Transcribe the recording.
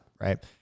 right